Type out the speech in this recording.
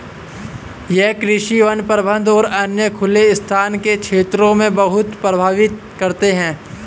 ये कृषि, वन प्रबंधन और अन्य खुले स्थान के क्षेत्रों को बहुत प्रभावित करते हैं